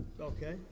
Okay